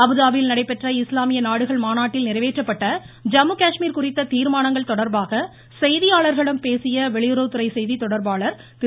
அபுதாபியில் நடைபெற்ற இஸ்லாமிய நாடுகள் மாநாட்டில் நிறைவேற்றப்பட்ட ஐம்முகாஷ்மீர் குறித்த தீர்மானங்கள் தொடர்பாக செய்தியாளர்களிடம் பேசிய வெளியுறவுத்துறை செய்தி தொடர்பாளர் திரு